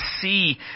see